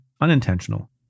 unintentional